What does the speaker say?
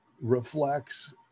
reflects